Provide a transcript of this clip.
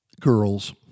girls